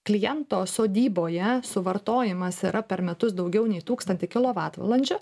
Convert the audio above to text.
kliento sodyboje suvartojimas yra per metus daugiau nei tūkstantį kilovatvalandžių